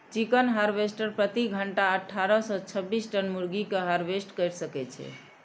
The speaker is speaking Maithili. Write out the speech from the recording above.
चिकन हार्वेस्टर प्रति घंटा अट्ठारह सं छब्बीस टन मुर्गी कें हार्वेस्ट कैर सकै छै